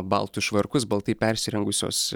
baltus švarkus baltai persirengusios